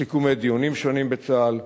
סיכומי דיונים שונים בצה"ל,